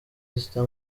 esther